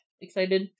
excited